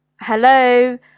hello